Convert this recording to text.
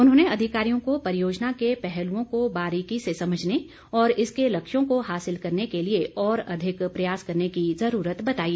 उन्होंने अधिकारियों को परियोजना के पहलुओं को बारीकी से समझने और इसके लक्ष्यों को हासिल करने के लिए और अधिक प्रयास करने की ज़रूरत बताई